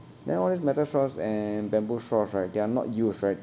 then all these metal straws and bamboo straws right they are not used right